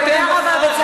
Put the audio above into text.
תודה רבה, בצלאל.